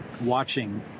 watching